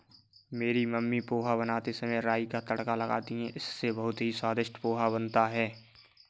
मेरी मम्मी पोहा बनाते समय राई का तड़का लगाती हैं इससे बहुत ही स्वादिष्ट पोहा बनता है